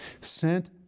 sent